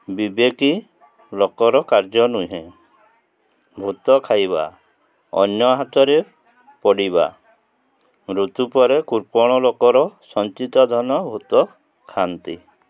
ବିବେକୀ ଲୋକର କାର୍ଯ୍ୟ ନୁହେଁ ଭୂତ ଖାଇବା ଅନ୍ୟ ହାତରେ ପଡ଼ିବା ମୃତ୍ୟୁ ପରେ କୃପଣ ଲୋକର ସଞ୍ଚିତ ଧନ ଭୂତ ଖାଆନ୍ତି